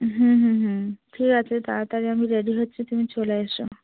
হুম হুম হুম ঠিক আছে তাড়াতাড়ি আমি রেডি হচ্ছি তুমি চলে এসো